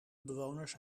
bewoners